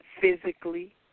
Physically